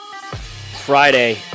Friday